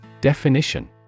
Definition